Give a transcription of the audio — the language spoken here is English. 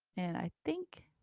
and i think